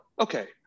okay